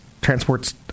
Transports